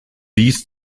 dies